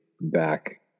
back